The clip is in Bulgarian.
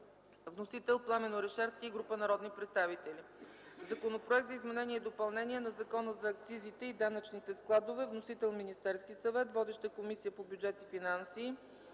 Вносители са Пламен Орешарски и група народни представители. Законопроект за изменение и допълнение на Закона за акцизите и данъчните складове. Вносител е Министерският съвет. Водеща е Комисията по бюджет и финанси.